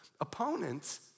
Opponents